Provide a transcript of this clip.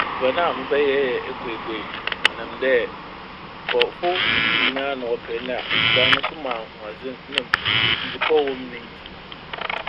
Edziban a mɛbɛyɛ yɛ ekueibuei. Ɔnam dɛ nkorɔfo pii nara na wɔpɛ. Na edziban no so ma ahoɔdzen na na ndze pa a ɔwɔ mu no ntsi.